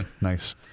Nice